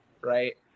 right